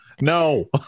No